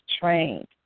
trained